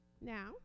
now